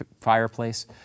fireplace